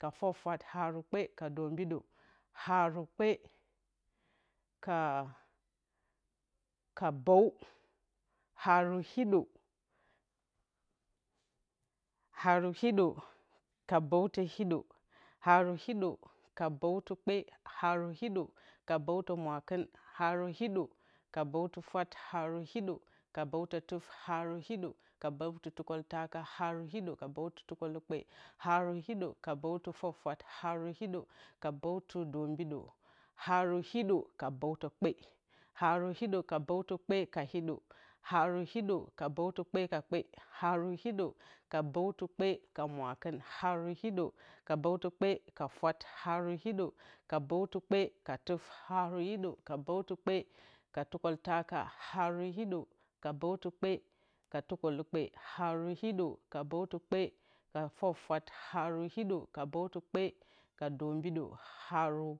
ka fwafwat haru kpe ka dombidǝ haru kpe ka bǝw haru hiɗǝ ka bǝwtǝ hiɗǝ haru hiɗǝ ka bǝwtǝ kpe haru hiɗǝ ka bǝwtǝ ka mwakɨn haru hiɗǝ ka bǝwtǝ fwat haru hiɗǝ ka bǝwtǝ ka tuf haru hiɗǝ ka bǝwtǝ ka tukltaka haru hiɗǝ ka bǝwtǝ tukǝlukpe haru hiɗǝ ka bǝwtǝ ka fwafwat haru hiɗǝ ka bǝwtǝ ka dombidǝ haru hiɗǝ ka bǝwtǝ kpe haru hiɗǝ ka bǝwtǝ kpe ka hiɗǝ haru hiɗǝ ka bǝwtǝ kpe ka kpe haru hiɗǝ ka bǝwtǝ kpe ka mwakɨn haru hiɗǝ ka bǝwtǝ kpe ka fwat haru hiɗǝ ka bǝwtǝ kpe ka tuf haru hiɗǝ ka bǝwtǝ kpe ka tukǝltaka haru hiɗǝ ka bǝwtǝ kpe ka tukǝlukpe haru hiɗǝ ka bǝwtǝ kpe ka fwafwat haru hiɗǝ ka bǝwtǝ kpe ka dombidǝ haru